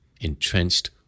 entrenched